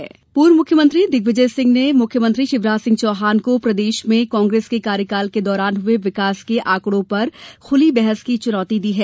विकास चुनौती पूर्व मुख्यमंत्री दिग्विजय सिंह ने मुख्यमंत्री शिवराज सिंह चौहान को प्रदेश में कांग्रेस के कार्यकाल के दौरान हुये विकास के आंकड़ों पर खुली बहस की चुनौती दी है